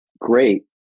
great